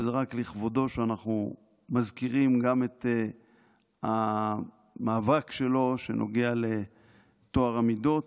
וזה רק לכבודו שאנחנו מזכירים גם את המאבק שלו שנוגע לטוהר המידות,